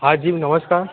હા જી નમસ્કાર